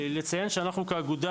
לציין שאנחנו כאגודה